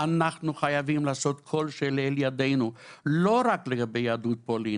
אנחנו חייבים לעשות כל שלאל ידנו לא רק לגבי יהדות פולין,